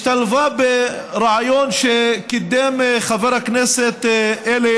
השתלבה ברעיון שקידם חבר הכנסת אלי